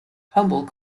humble